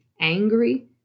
angry